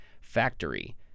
factory